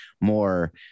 more